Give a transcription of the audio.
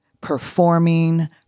performing